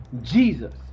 Jesus